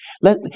Let